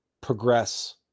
progress